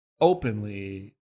openly